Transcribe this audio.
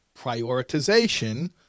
prioritization